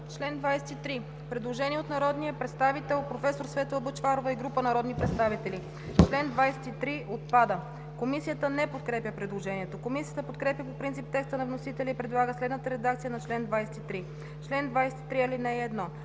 17 има предложение от народния представител професор Светла Бъчварова и група народни представители: „Член 17 – отпада.“ Комисията не подкрепя предложението. Комисията подкрепя по принцип текста на вносителя и предлага следната редакция на чл. 17: „Чл. 17. (1) На